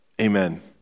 amen